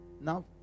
Now